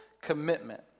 commitment